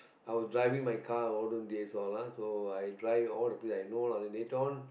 I will driving my car olden days all ah so i drive all the place I know lah then later on